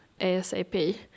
ASAP